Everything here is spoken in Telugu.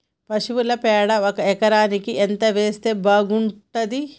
పశువుల పేడ ఒక ఎకరానికి ఎంత వేస్తే బాగుంటది?